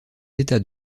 états